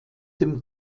dem